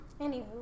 Anywho